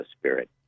spirit